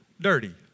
dirty